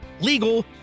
legal